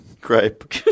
Grape